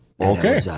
Okay